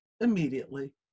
immediately